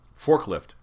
Forklift